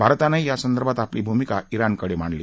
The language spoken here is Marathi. भारतानंही यासंदर्भात आपली भूमिका जिणकडे मांडली